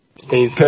Steve